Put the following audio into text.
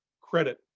credit